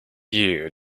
year